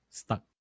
stuck